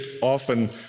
often